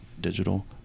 digital